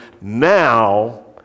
now